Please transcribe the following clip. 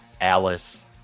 Alice